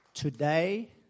Today